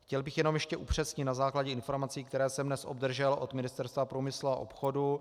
Chtěl bych jenom ještě upřesnit na základě informací, které jsem dnes obdržel od Ministerstva průmyslu a obchodu.